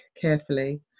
carefully